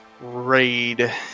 raid